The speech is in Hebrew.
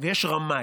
ויש רמאי.